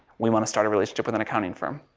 we want to start a relationship with an accounting firm.